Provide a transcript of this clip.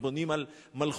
ריבונים על מלכותם,